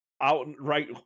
outright